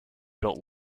built